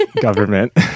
government